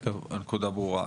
טוב, הנקודה ברורה.